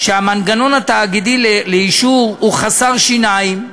שהמנגנון התאגידי לאישור הוא חסר שיניים,